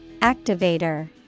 Activator